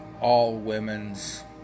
all-women's